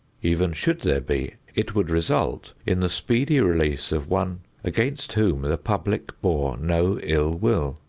even should there be, it would result in the speedy release of one against whom the public bore no ill-will.